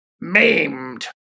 maimed